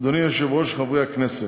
אדוני היושב-ראש, חברי הכנסת,